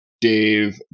Dave